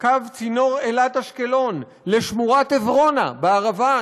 קו צינור אילת אשקלון, לשמורת עברונה בערבה?